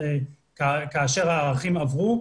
כאשר הערכים עברו,